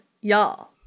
y'all